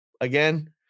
again